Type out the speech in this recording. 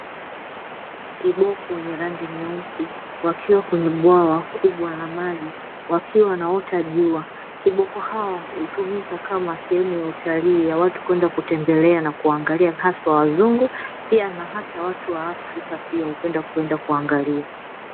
Kiboko wenye rangi nyeusi wakiwa kwenye bwawa kubwa la maji wakiwa wanaota jua. Kiboko hawa hutumika kama sehemu ya utalii ya watu kwenda kutembelea na kuangalia, haswa wazungu pia na hata watu wa Afrika pia hupenda kwenda kuangalia.